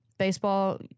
baseball